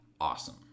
awesome